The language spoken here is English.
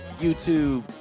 YouTube